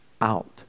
out